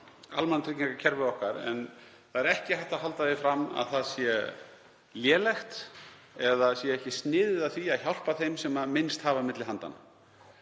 almannatryggingakerfi okkar en það er ekki hægt að halda því fram að það sé lélegt eða að það sé ekki sniðið að því að hjálpa þeim sem minnst hafa á milli handanna.